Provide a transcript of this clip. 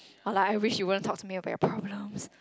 or like I wish you wouldn't talk to me about your problems